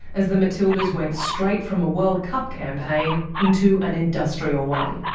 as the matildas went straight from a world cup campaign into an industrial one.